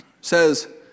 says